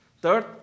Third